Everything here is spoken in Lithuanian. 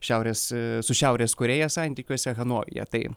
šiaurės su šiaurės korėja santykiuose hanojuje tai